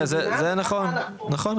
זה נכון.